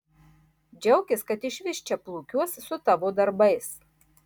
džiaukis kad išvis čia plūkiuos su tavo darbais